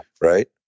right